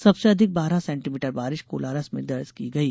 सबसे अधिक बारह सेन्टीमीटर बारिश कोलारस में दर्ज की गयी